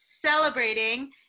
celebrating